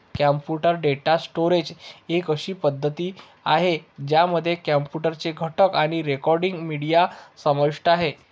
computer data storage एक अशी पद्धती आहे, ज्यामध्ये कॉम्प्युटर चे घटक आणि रेकॉर्डिंग, मीडिया समाविष्ट आहे